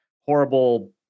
horrible